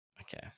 Okay